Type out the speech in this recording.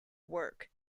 work